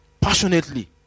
Passionately